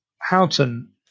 Houghton